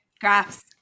graphs